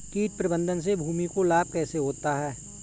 कीट प्रबंधन से भूमि को लाभ कैसे होता है?